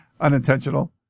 Unintentional